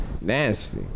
Nasty